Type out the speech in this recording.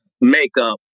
makeup